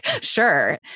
sure